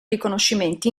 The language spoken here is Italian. riconoscimenti